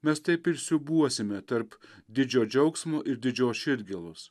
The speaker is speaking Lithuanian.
mes taip ir siūbuosime tarp didžio džiaugsmo ir didžios širdgėlos